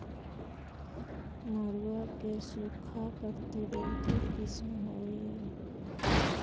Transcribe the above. मड़ुआ के सूखा प्रतिरोधी किस्म हई?